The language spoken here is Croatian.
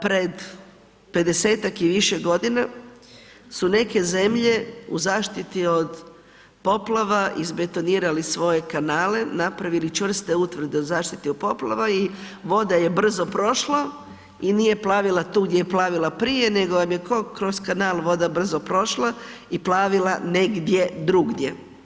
Pred 50-tak i više godina su neke zemlje u zaštiti od poplava izbetonirali svoje kanale, napravili čvrste utvrde od zaštite od poplava i voda je brzo prošla i nije plavila tu gdje je plavila prije, nego vam je ko kroz kanal voda brzo prošla i plavila negdje drugdje.